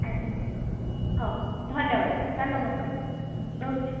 ଆଜ୍ଞା ହଉ ଧନ୍ୟବାଦ ସାର୍ ନମସ୍କାର ରହୁଛି